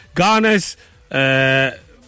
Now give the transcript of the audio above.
Ghana's